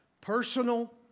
personal